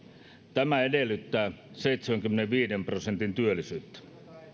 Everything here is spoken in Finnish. tämä edellyttää seitsemänkymmenenviiden prosentin työllisyyttä